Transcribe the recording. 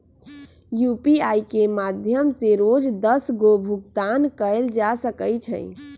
UPI के माध्यम से रोज दस गो भुगतान कयल जा सकइ छइ